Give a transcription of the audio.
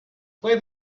play